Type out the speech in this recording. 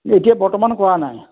এতিয়া বৰ্তমান কৰা নাই